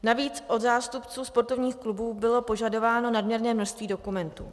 Navíc od zástupců sportovních klubů bylo požadováno nadměrné množství dokumentů.